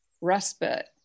respite